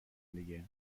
دیگه